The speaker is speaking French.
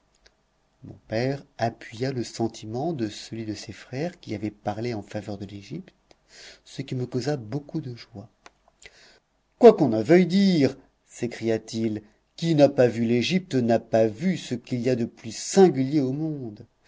mon père appuya le sentiment de celui de ses frères qui avait parlé en faveur de l'égypte ce qui me causa beaucoup de joie quoiqu'on en veuille dire s'écria-t-il qui n'a pas vu l'égypte n'a pas vu ce qu'il y a de plus singulier au monde